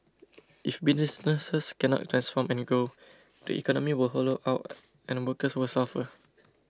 if businesses cannot transform and grow the economy will hollow out and workers will suffer